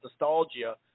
nostalgia